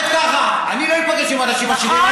את אומרת ככה: לא איפגש עם אנשים עשירים.